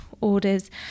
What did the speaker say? orders